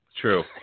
True